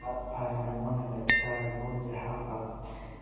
Hapa ninamuona daktari mmoja hapa